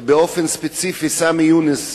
באופן ספציפי סמי יונס,